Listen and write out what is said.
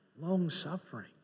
long-suffering